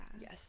yes